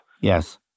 Yes